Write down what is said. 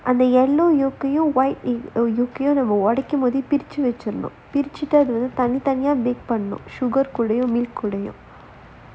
அந்த:antha yellow yolk white yolk ஓடைக்கும் போது பிரிச்சி வச்சரனும் பிரிச்சுட்டு அத தனி தனியா பண்ணனும்:odaikkum pothu pirichi vacharanum pirichuttu atha thani thaniyaa pannanum sugar கூடயும்:koodayum milk கூடயும்:koodayum